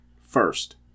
first